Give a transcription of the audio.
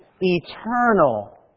eternal